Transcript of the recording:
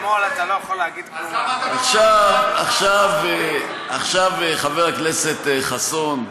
עכשיו, חבר הכנסת חסון,